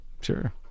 sure